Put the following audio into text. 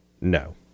no